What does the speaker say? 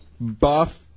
buff